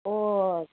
ꯑꯣ